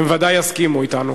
הם ודאי יסכימו אתנו.